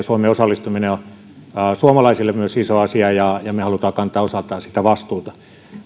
suomen osallistuminen tämmöisiin kansainvälisiin kriisinhallintaoperaatioihin on myös suomalaisille iso asia ja ja me haluamme kantaa osaltamme siitä vastuuta